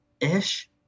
ish